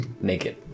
Naked